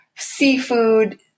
seafood